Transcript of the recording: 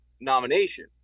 nomination